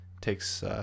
takes